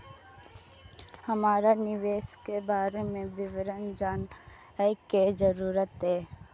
हमरा निवेश के बारे में विवरण जानय के जरुरत ये?